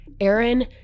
Aaron